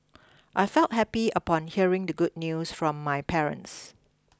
I felt happy upon hearing the good news from my parents